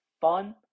fun